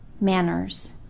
manners